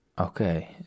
Okay